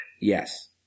Yes